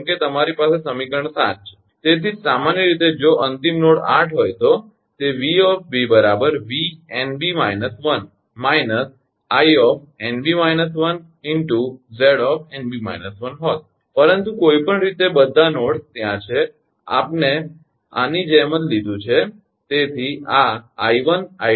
જેમ કે તમારી પાસે સમીકરણ 7 છે તેથી જ સામાન્ય રીતે જો અંતિમ નોડ 8 હોય તો તે 𝑉𝑁𝐵 𝑉𝑁𝐵−1 − 𝐼𝑁𝐵−1𝑍𝑁𝐵−1 હોત પરંતુ કોઈપણ રીતે કે બધા નોડ્સ ત્યા છે આપને આની જેમ લીધું છે